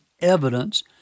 evidence